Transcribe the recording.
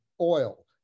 oil